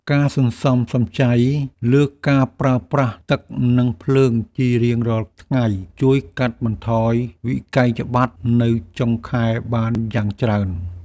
ការសន្សំសំចៃលើការប្រើប្រាស់ទឹកនិងភ្លើងជារៀងរាល់ថ្ងៃជួយកាត់បន្ថយវិក្កយបត្រនៅចុងខែបានយ៉ាងច្រើន។